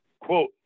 quote